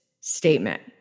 statement